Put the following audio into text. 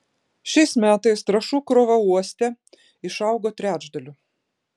šiais metais trąšų krova uoste išaugo trečdaliu